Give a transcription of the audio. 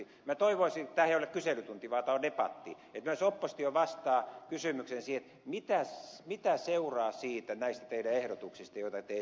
minä toivoisin tämähän ei ole kyselytunti vaan tämä on debatti että myös oppositio vastaa kysymykseen mitä seuraa näistä teidän ehdotuksistanne joita te esitätte